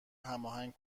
هماهنگ